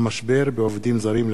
רבותי, אין מתנגדים, אין